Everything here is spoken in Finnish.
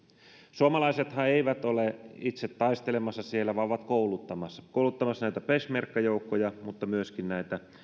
suomalaisethan eivät ole itse taistelemassa siellä vaan ovat kouluttamassa kouluttamassa näitä peshmerga joukkoja mutta myöskin